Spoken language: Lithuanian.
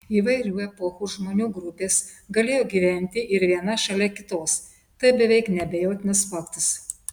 įvairių epochų žmonių grupės galėjo gyventi ir viena šalia kitos tai beveik neabejotinas faktas